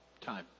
time